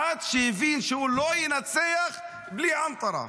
עד שהבין שהוא לא ינצח בלי ענתרה.